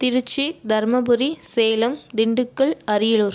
Trichy Dharmapuri Salem Dindigul Ariyalur